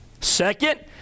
Second